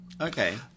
Okay